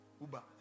uba